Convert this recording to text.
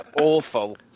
awful